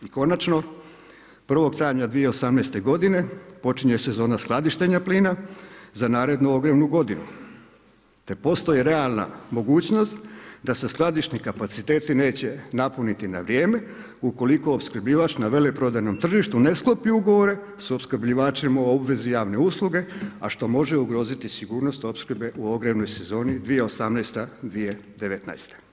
I konačno 1. travnja 2018.g. počinje sezona skladištenje plina, za narednu ogrjevnu godinu, te postoji realna mogućnost da se skladišni kapaciteti neće napuniti na vrijeme, ukoliko opskrbljivač na veleprodajnom tržištu ne sklopi ugovore sa opskrbljivačem o obvezi javne usluge, a što može ugroziti sigurnost opskrbe u ogrijevanoj sezoni 2018.-2019.